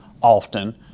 often